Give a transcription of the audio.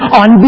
on